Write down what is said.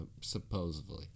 supposedly